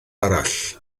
arall